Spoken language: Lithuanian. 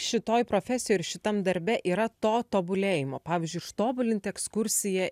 šitoj profesijoj ir šitam darbe yra to tobulėjimo pavyzdžiui ištobulinti ekskursiją